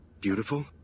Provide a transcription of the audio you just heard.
Beautiful